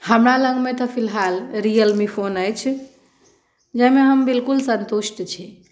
हमरा लगमे तऽ फिलहाल रियल मी फोन अछि जाहिमे हम बिल्कुल सन्तुष्ट छी